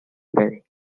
belly